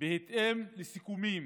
בהתאם לסיכומים